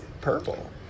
purple